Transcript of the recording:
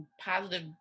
Positive